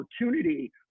opportunity